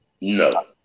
No